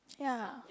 ya